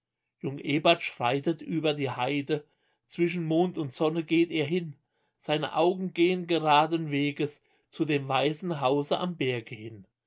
jung ebert schreitet über die heide zwischen mond und sonne geht er hin seine augen gehen gradenweges zu dem weißen hause am berge hin